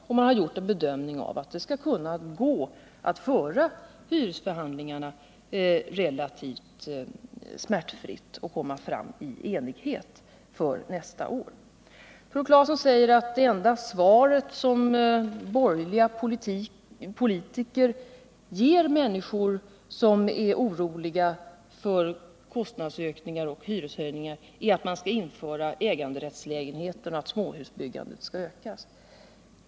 Man har också gjort bedömningen att det skall kunna gå att föra hyresförhandlingarna och att relativt smärtfritt komma fram till enighet för nästa år. Tore Claeson säger att det enda svar som borgerliga politiker ger människor som är oroliga för kostnadsökningar och hyreshöjningar är att man skall införa äganderättslägenheter och att småhusbyggandet skall öka.